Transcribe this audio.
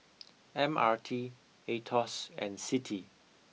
M R T Aetos and Citi